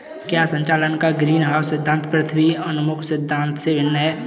क्या संचालन का ग्रीनहाउस सिद्धांत पृथ्वी उन्मुख सिद्धांत से भिन्न है?